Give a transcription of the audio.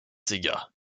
sega